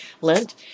Lent